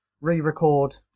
re-record